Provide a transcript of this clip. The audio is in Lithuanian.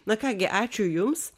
na ką gi ačiū jums